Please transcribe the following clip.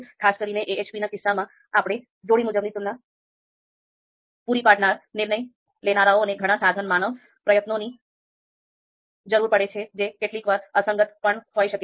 ખાસ કરીને AHP ના કિસ્સામાં આપણે જોડી મુજબની તુલના પૂરી પાડનારા નિર્ણય લેનારાઓને ઘણા સઘન માનવ પ્રયત્નોની જરૂર પડે છે જે કેટલીક વાર અસંગત પણ હોઈ શકે છે